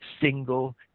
single